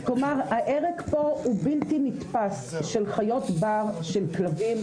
ההרג פה הוא בלתי נתפס, הרג של חיות בר, של כלבים.